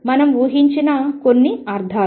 మనం ఊహించిన కొన్ని అర్థాలు